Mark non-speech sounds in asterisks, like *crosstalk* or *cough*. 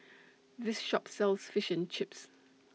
*noise* This Shop sells Fish and Chips *noise*